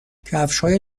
کفشهای